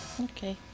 Okay